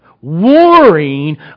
Warring